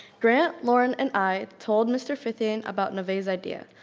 grant, lauren, and i told mr. fithian about navay's idea.